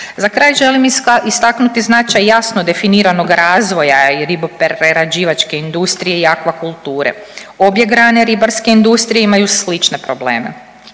Za kraj želim istaknuti značaj jasno definiranog razvoja i riboprerađivačke industrije i akvakulture. Obje grane ribarske industrije imaju slične probleme.